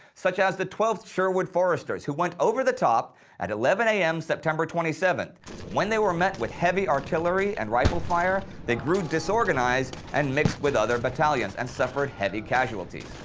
such as the twelfth sherwood foresters who went over the top at eleven am september twenty seventh, and when they were met with heavy artillery and rifle fire, they grew disorganized and mixed with other battalions, and suffered heavy casualties.